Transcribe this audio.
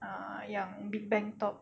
ah yang big bang top